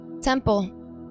temple